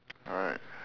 alright